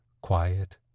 quiet